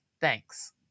Thanks